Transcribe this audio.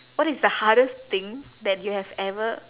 what is the hardest thing that you have ever